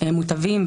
מוטבים,